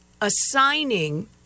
assigning